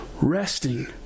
Resting